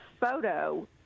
photo